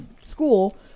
school